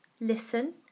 listen